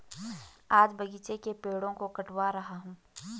आज बगीचे के पेड़ों को कटवा रहा हूं